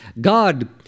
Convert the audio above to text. God